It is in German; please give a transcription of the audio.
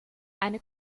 eine